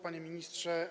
Panie Ministrze!